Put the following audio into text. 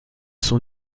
sont